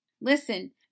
Listen